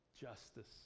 Justice